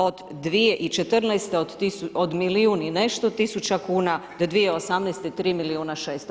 Od 2014. od milijun i nešto tisuća kn, do 2018. 3 milijuna 600.